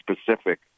specific